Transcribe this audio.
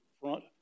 front